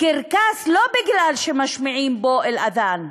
לא בגלל שמשמיעים בו אל-אד'אן,